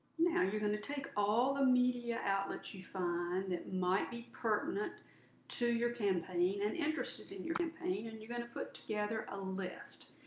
now you're going to take all the media outlets you find that might be pertinent to your campaign and interested in your campaign, and you're going to put together a list.